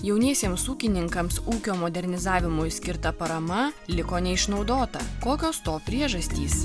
jauniesiems ūkininkams ūkio modernizavimui skirta parama liko neišnaudota kokios to priežastys